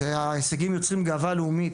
שיוצרים גאווה לאומית,